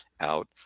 out